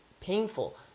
painful